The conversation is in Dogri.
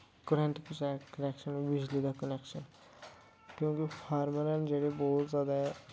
करंट कनेक्शन बिजली दा कनेक्शन क्योंकि फार्मर न जेह्ड़े बोह्त जैदा ऐ